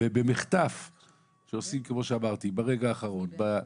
ובמחטף שעושים, כמו שאמרתי, ברגע האחרון,